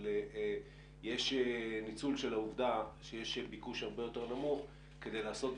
אבל יש ניצול של העובדה שיש ביקוש הרבה יותר נמוך כדי לעשות דברים,